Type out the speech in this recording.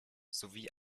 sowie